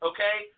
Okay